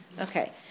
Okay